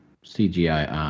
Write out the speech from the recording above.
CGI